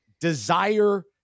desire